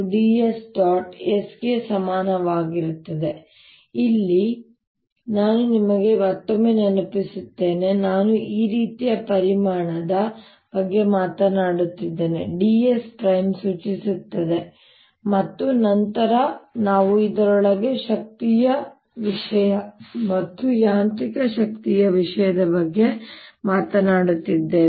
S ಗೆ ಸಮಾನವಾಗಿರುತ್ತದೆ ಅಲ್ಲಿ ನಾನು ನಿಮಗೆ ಮತ್ತೊಮ್ಮೆ ನೆನಪಿಸುತ್ತೇನೆ ನಾನು ಈ ರೀತಿಯ ಪರಿಮಾಣದ ಬಗ್ಗೆ ಮಾತನಾಡುತ್ತಿದ್ದೇನೆ ds¹ ಸೂಚಿಸುತ್ತಿದೆ ಮತ್ತು ನಂತರ ನಾವು ಇದರೊಳಗಿನ ಶಕ್ತಿಯ ವಿಷಯ ಮತ್ತು ಯಾಂತ್ರಿಕ ಶಕ್ತಿಯ ವಿಷಯದ ಬಗ್ಗೆ ಮಾತನಾಡುತ್ತಿದ್ದೇವೆ